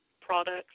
products